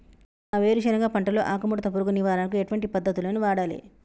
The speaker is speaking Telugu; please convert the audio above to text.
మా వేరుశెనగ పంటలో ఆకుముడత పురుగు నివారణకు ఎటువంటి పద్దతులను వాడాలే?